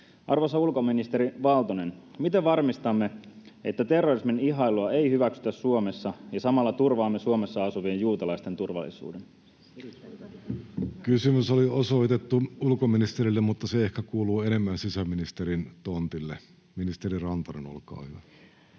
Arvoisa ulkoministeri Valtonen, miten varmistamme, että terrorismin ihailua ei hyväksytä Suomessa, ja samalla turvaamme Suomessa asuvien juutalaisten turvallisuuden? Kysymys oli osoitettu ulkoministerille, mutta se ehkä kuuluu enemmän sisäministerin tontille. — Ministeri Rantanen, olkaa hyvä.